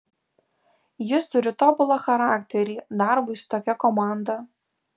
jis turi tobulą charakterį darbui su tokia komanda